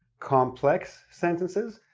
complex sentences,